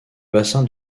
bassin